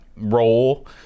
role